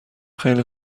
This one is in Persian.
خیلی